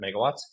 megawatts